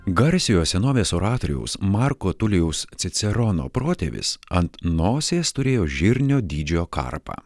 garsiojo senovės oratoriaus marko tulijaus cicerono protėvis ant nosies turėjo žirnio dydžio karpą